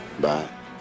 bye